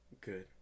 good